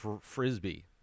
Frisbee